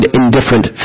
indifferent